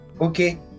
Okay